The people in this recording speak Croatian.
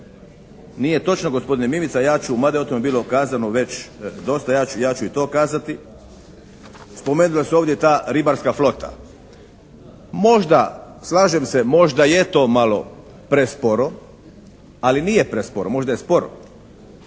Nije točno gospodine Mimica. Ja ću, mada je o tome bilo kazano već dosta ja ću i to kazati. Spomenula se ovdje ta ribarska flota. Možda, slažem se, možda je to malo presporo, ali nije sporo. Možda je sporo.